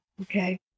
Okay